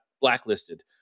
blacklisted